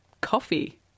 coffee